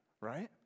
Right